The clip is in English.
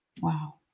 Wow